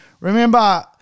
remember